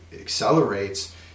accelerates